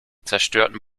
zerstörten